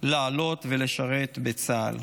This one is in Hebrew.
לעלות ולשרת בצה"ל.